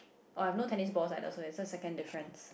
oh I have no tennis balls like also and so second difference